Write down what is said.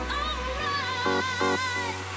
alright